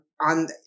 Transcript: on